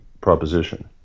proposition